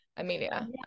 amelia